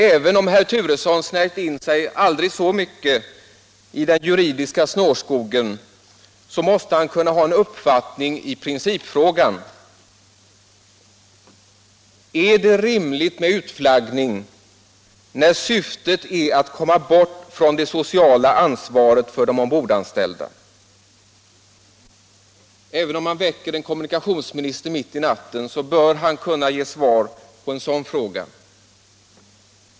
Även om herr Turesson snärjt in sig aldrig så mycket i den juridiska snårskogen, måste han kunna ha en uppfattning i principfrågan: Är det rimligt med utflaggning när syftet är att komma bort från det sociala ansvaret för de ombordanställda? Även om man väcker en kommunikationsminister mitt i natten, bör han kunna ge svar på en sådan fråga.